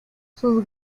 sus